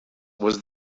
was